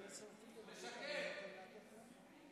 בצלאל.